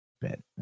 bit